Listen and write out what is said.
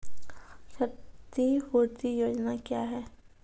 क्षतिपूरती योजना क्या हैं?